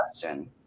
question